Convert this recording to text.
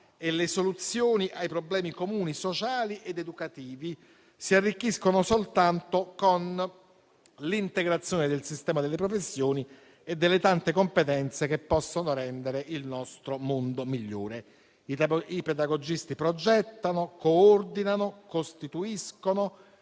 e le soluzioni ai problemi comuni, sociali ed educativi si arricchiscono soltanto con l'integrazione del sistema delle professioni e delle tante competenze che possono rendere migliore il nostro mondo. I pedagogisti progettano, coordinano e costituiscono